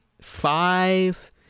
five